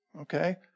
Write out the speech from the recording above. Okay